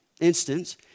instance